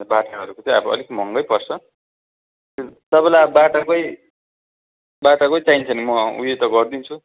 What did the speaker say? बाटाहरूको चाहिँ अलिक महँगै पर्छ तपाईँलाई अब बाटाकै बाटाकै चाहिन्छ भने म उयो त गरिदिन्छु